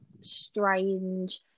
strange